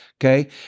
Okay